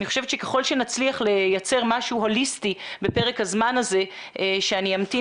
אני מקווה שנצליח לייצר משהו הוליסטי בפרק הזמן הזה שאני אמתין